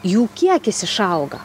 jų kiekis išauga